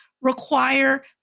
require